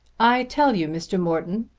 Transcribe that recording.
i'll tell you, mr. morton,